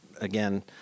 again